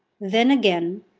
then, again,